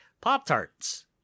Pop-Tarts